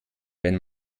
wenn